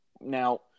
Now